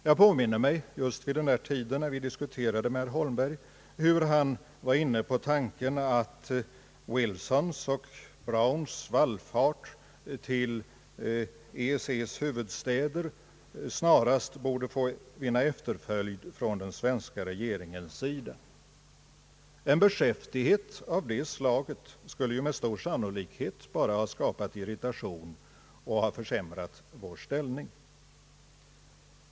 Jag påminner mig att just vid den tiden då vi diskuterade med herr Holmberg, var han inne på tanken att Wilsons och Browns vallfart till EEC:s huvudstäder snarast borde vinna efterföljd från svenska regeringens sida. En beskäftighet av det slaget skulle med stor sannolikhet bara ha skapat irritation och försämrat vår ställning.